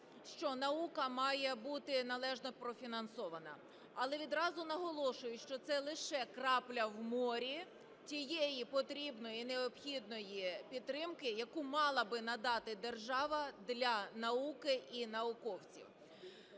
що наука має бути належно профінансована. Але відразу наголошую, що це лише крапля в морі тієї потрібної і необхідної підтримки, яку мала би надати держава для науки і науковців.